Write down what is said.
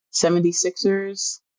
76ers